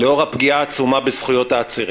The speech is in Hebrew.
לאור הפגיעה העצומה בזכויות העצירים.